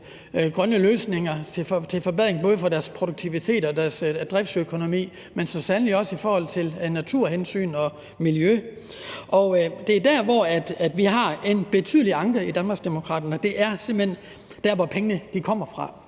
grønne løsninger til forbedring af både deres produktivitet og deres driftsøkonomi, men så sandelig også i forhold til naturhensyn og miljø, og det er der, hvor vi har en betydelig anke i Danmarksdemokraterne. Det er simpelt hen der, hvor pengene kommer fra,